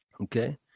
okay